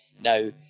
now